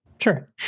sure